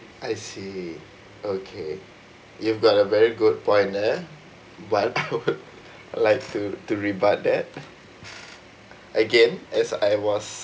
I see okay you've got a very good point nah but I would like to to rebut that again as I was